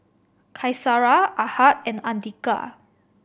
Qaisara Ahad and Andika